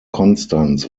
konstanz